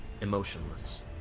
emotionless